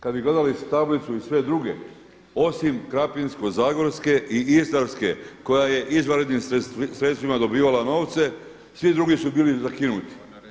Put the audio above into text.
Kad bi gledali tablicu i sve druge osim Krapinsko-zagorske i Istarske koja je izvanrednim sredstvima dobivala novce svi drugi su bili zakinuti.